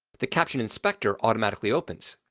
the caption inspector automatically opens.